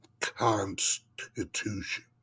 constitution